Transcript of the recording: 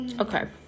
Okay